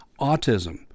autism